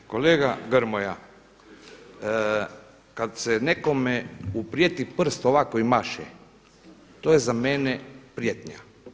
Kolega Grmoja, kada se nekome uprijeti prst ovako i maše, to je za mene prijetnja.